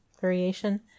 variation